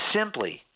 simply